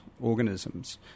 organisms